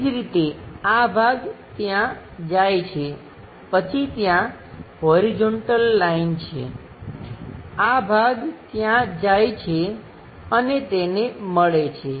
એ જ રીતે આ ભાગ ત્યાં જાય છે પછી ત્યાં હોરીઝોંટલ લાઈન છે આ ભાગ ત્યાં જાય છે અને તેને મળે છે